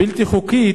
בלתי חוקית,